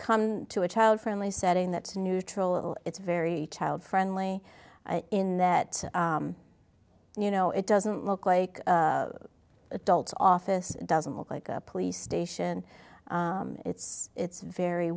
come to a child friendly setting that neutral it's very child friendly in that you know it doesn't look like adults office doesn't look like a police station it's it's very